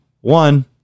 One